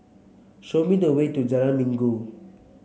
show me the way to Jalan Minggu